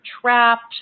trapped